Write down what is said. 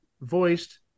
voiced